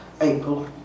April